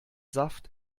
saft